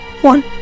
one